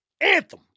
anthem